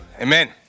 Amen